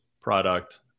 product